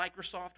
Microsoft